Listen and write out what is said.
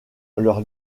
leur